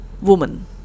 woman